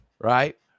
right